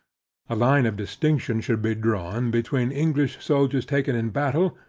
a line of distinction should be drawn, between, english soldiers taken in battle,